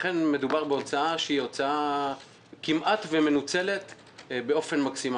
לכן מדובר בהוצאה שמנוצלת כמעט באופן מקסימלי.